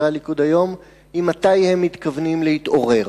מתי הם מתכוונים להתעורר?